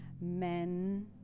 men